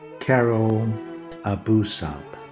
carol abousaab.